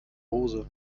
hose